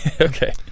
okay